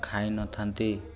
ଖାଇନଥାନ୍ତି